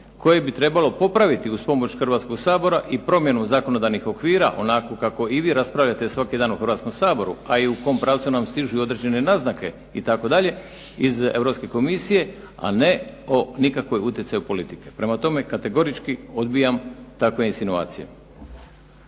koje bi trebalo popraviti uz pomoć Hrvatskog sabora i promjenu zakonodavnih okvira, onakvu kako i vi raspravljate svaki dan u Hrvatskom saboru, a i u kom pravcu nam stižu i određene naznake itd., iz Europske Komisije, a ne o nikakvom utjecaju politike. Prema tome, kategorički odbijam takve insinuacije.